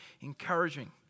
encouraging